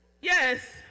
Yes